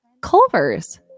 Culvers